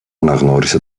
αναγνώρισε